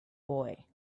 boy